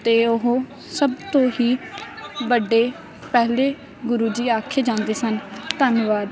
ਅਤੇ ਉਹ ਸਭ ਤੋਂ ਹੀ ਵੱਡੇ ਪਹਿਲੇ ਗੁਰੂ ਜੀ ਆਖੇ ਜਾਂਦੇ ਸਨ ਧੰਨਵਾਦ